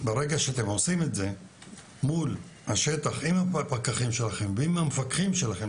ברגע שאתם עושים את זה מול השטח עם הפקחים שלכם והמפקחים שלכם,